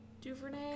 DuVernay